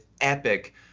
epic